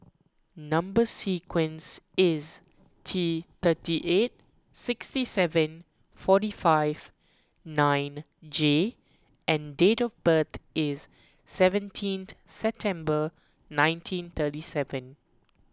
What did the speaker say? Number Sequence is T thirty eight sixty seven forty five nine J and date of birth is seventeen September one nineteen thirty seven